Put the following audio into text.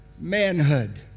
manhood